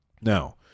Now